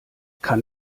kann